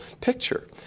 picture